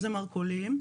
זה מרכולים,